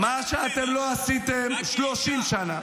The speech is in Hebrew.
תנו לשר לדבר.